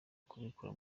kubikora